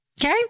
Okay